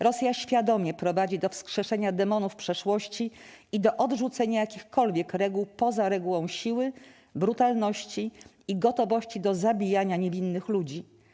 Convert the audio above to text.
Rosja świadomie prowadzi do wskrzeszenia demonów przeszłości i do odrzucenia jakichkolwiek reguł poza regułą siły, brutalności i gotowości do zabijania niewinnych ludzi.